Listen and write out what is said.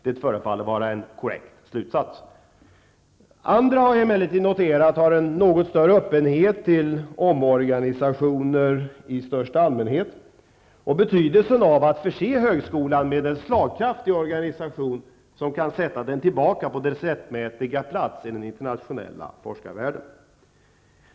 Det förefaller vara en korrekt slutsats. Andra, har jag emellertid noterat, har en något större öppenhet till omorganisationer i största allmänhet och i fråga om betydelsen av att förse högskolan med en slagkraftig organisation, som kan sätta den tillbaka på dess rättmätiga plats i den internationella forskarvärlden.